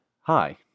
hi